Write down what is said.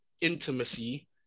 intimacy